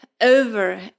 over